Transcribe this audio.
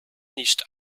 nicht